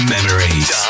Memories